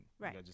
Right